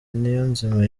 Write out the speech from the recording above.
niyonzima